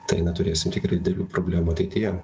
tai na turėsim tikrų didelių problemų ateityje